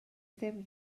ddim